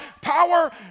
power